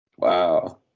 Wow